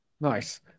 nice